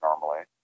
normally